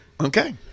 okay